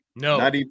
No